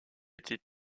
était